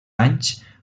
anys